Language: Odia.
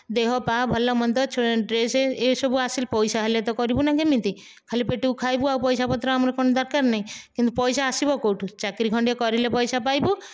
ଦେହପାହା ଭଲମନ୍ଦ ଡ୍ରେସ୍ ଏହିସବୁ ଆସି ପଇସା ଆସିଲେ ତ କରିବୁ ନା କେମିତି ଖାଲି ପେଟକୁ ଖାଇବୁ ଆଉ ପଇସା ପତ୍ର ଆମର କ'ଣ ଦରକାର ନାହିଁ କିନ୍ତୁ ପଇସା ଆସିବ କେଉଁଠୁ ଚାକିରି ଖଣ୍ଡିଏ କରିଲେ ପଇସା ପାଇବୁ